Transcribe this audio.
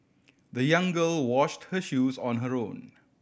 the young girl washed her shoes on her own